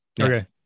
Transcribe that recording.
okay